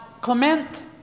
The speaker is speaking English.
Clement